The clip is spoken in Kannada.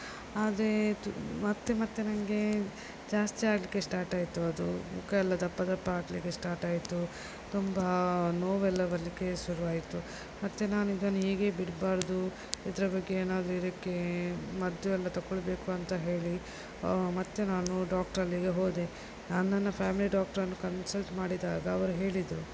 ಆದರೆ ಮತ್ತೆ ಮತ್ತೆ ನನಗೆ ಜಾಸ್ತಿ ಆಗಲಿಕ್ಕೆ ಸ್ಟಾರ್ಟ್ ಆಯಿತು ಅದು ಮುಖ ಎಲ್ಲ ದಪ್ಪ ದಪ್ಪ ಆಗಲಿಕ್ಕೆ ಸ್ಟಾರ್ಟ್ ಆಯಿತು ತುಂಬ ನೋವು ಎಲ್ಲ ಬರಲಿಕ್ಕೆ ಶುರು ಆಯಿತು ಮತ್ತು ನಾನು ಇದನ್ನು ಹೀಗೆ ಬಿಡಬಾರ್ದು ಇದರ ಬಗ್ಗೆ ಏನಾದರೂ ಇದಕ್ಕೆ ಮದ್ದು ಎಲ್ಲ ತಗೊಳ್ಬೇಕು ಅಂತ ಹೇಳಿ ಮತ್ತೆ ನಾನು ಡಾಕ್ಟ್ರಲ್ಲಿಗೆ ಹೋದೆ ನಾನು ನನ್ನ ಫ್ಯಾಮಿಲಿ ಡಾಕ್ಟ್ರನ್ನು ಕನ್ಸಲ್ಟ್ ಮಾಡಿದಾಗ ಅವರು ಹೇಳಿದರು